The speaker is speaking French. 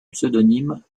pseudonyme